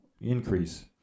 increase